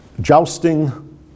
jousting